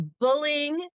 bullying